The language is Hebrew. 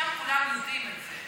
שם כולם יודעים את זה,